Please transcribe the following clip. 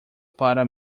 para